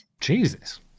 Jesus